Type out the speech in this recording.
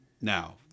Now